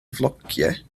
flociau